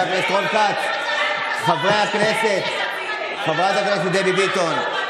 חבר הכנסת רון כץ,